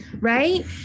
right